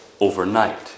overnight